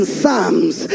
Psalms